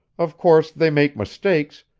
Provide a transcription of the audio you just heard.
of course, they make mistakes,